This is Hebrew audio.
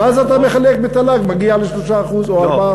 ואז אתה מחלק בתל"ג ומגיע ל-3% או 4%. לא,